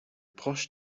proche